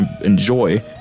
enjoy